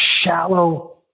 shallow